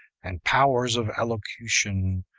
and powers of elocution,